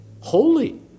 holy